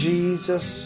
Jesus